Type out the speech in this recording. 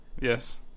yes